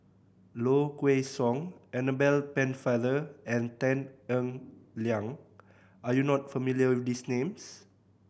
Low Kway Song Annabel Pennefather and Tan Eng Liang are you not familiar with these names